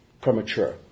premature